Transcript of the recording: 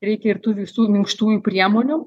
reikia ir tų visų minkštųjų priemonių